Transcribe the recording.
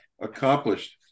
accomplished